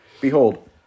Behold